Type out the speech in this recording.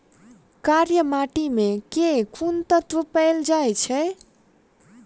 कार्य माटि मे केँ कुन तत्व पैल जाय छै?